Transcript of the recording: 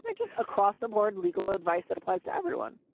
but just across the board legal advice that applies to everyone.